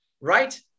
right